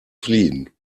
fliehen